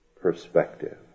perspective